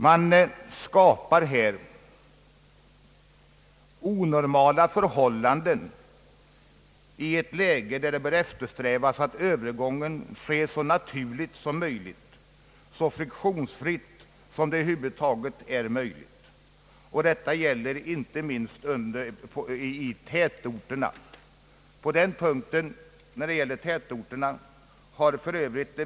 Man vill här skapa onormala förhållanden i ett läge, där man bör eftersträva att övergången sker så naturligt och friktionsfritt som det över huvud taget är möjligt. Detta gäller inte minst i tätorterna. På den punkten — när det gäller tätorterna — har f.ö.